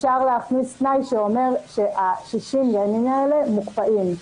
אפשר להכניס תנאי שאומר ש-60 הימים האלה מוקפאים.